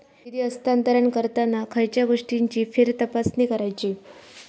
निधी हस्तांतरण करताना खयच्या गोष्टींची फेरतपासणी करायची?